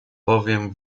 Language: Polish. bowiem